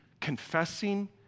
confessing